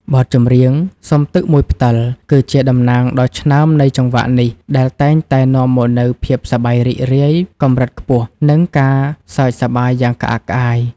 បទចម្រៀង សុំទឹកមួយផ្តិល គឺជាតំណាងដ៏ឆ្នើមនៃចង្វាក់នេះ ដែលតែងតែនាំមកនូវភាពសប្បាយរីករាយកម្រិតខ្ពស់ និងការសើចសប្បាយយ៉ាងក្អាកក្អាយ។